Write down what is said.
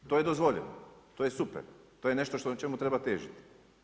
To je dozvoljeno, to je super, to je nešto čemu treba težiti.